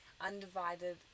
undivided